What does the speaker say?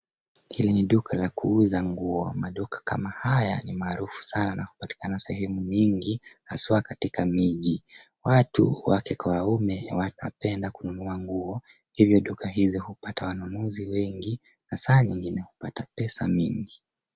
Hili ni duka la kuuza nguo. Maduka kama haya ni maarufu sana kupatikana sehemu nyingi, haswa katika miji. Watu, wake kwa waume, wanapenda kununua nguo, hivyo duka hizo hupata wanunuzi wengi na saa nyingine hupata pesa mingi.